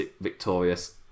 victorious